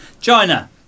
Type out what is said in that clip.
China